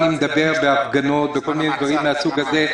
אני מדבר בהפגנות ומהסוג הזה,